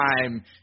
time